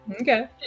Okay